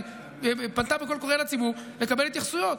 היא פנתה בקול קורא לציבור לקבל התייחסויות.